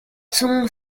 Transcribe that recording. son